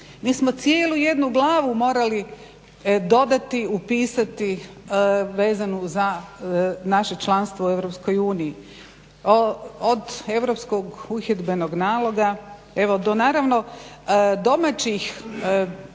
Mi smo cijelu jednu glavu morali dodati, upisati vezano za naše članstvo u EU od europskog uhidbenog naloga do naravno domaćih